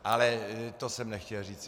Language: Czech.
Ale to jsem nechtěl říci.